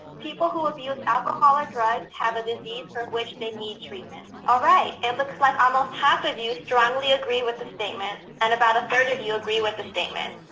people who abuse alcohol or drugs have a disease for which they need treatment. all right. it and looks like almost half of you strongly agree with the statement and about a third of you agree with the statement.